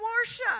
worship